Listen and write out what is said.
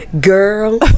Girl